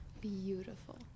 beautiful